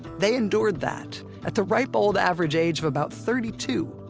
they endured that at the ripe old average age of about thirty two.